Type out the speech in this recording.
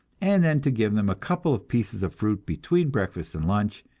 and then to give them a couple of pieces of fruit between breakfast and lunch,